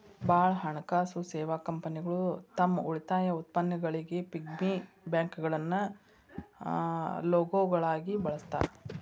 ಭಾಳ್ ಹಣಕಾಸು ಸೇವಾ ಕಂಪನಿಗಳು ತಮ್ ಉಳಿತಾಯ ಉತ್ಪನ್ನಗಳಿಗಿ ಪಿಗ್ಗಿ ಬ್ಯಾಂಕ್ಗಳನ್ನ ಲೋಗೋಗಳಾಗಿ ಬಳಸ್ತಾರ